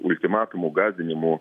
ultimatumų gąsdinimų